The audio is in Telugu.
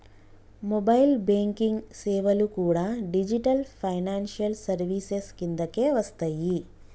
మొబైల్ బ్యేంకింగ్ సేవలు కూడా డిజిటల్ ఫైనాన్షియల్ సర్వీసెస్ కిందకే వస్తయ్యి